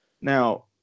Now